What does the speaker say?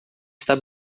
está